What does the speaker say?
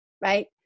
right